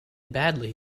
badly